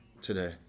today